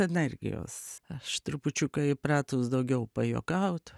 energijos aš trupučiuką įpratus daugiau pajuokaut